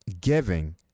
giving